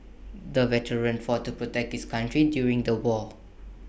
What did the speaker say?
the veteran fought to protect his country during the war